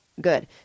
good